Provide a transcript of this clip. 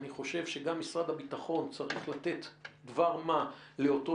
אני חושב שגם משרד הביטחון צריך לתת דבר מה לאותו